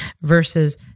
versus